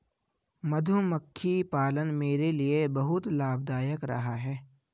मधुमक्खी पालन मेरे लिए बहुत लाभदायक रहा है